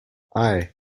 aye